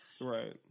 Right